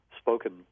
spoken